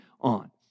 on